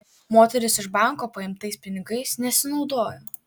moteris iš banko paimtais pinigais nesinaudojo